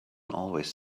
always